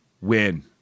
Win